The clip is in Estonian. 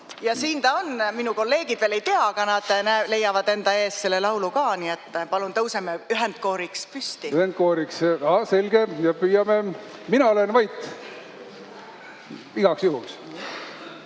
Ja siin ta on, minu kolleegid veel ei tea, aga nad leiavad enda eest selle laulu. Nii et palun tõuseme ühendkooriks püsti! Ühendkooriks, selge. Püüame. Mina olen vait, igaks juhuks.